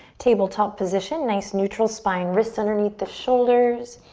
tabletop position. nice neutral spine. wrists underneath the shoulders.